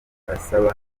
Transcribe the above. asaba